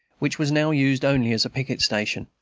which was now used only as a picket-station.